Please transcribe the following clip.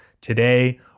today